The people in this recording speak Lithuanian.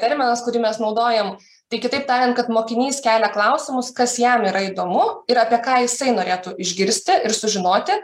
terminas kurį mes naudojam tai kitaip tariant kad mokinys kelia klausimus kas jam yra įdomu ir apie ką jisai norėtų išgirsti ir sužinoti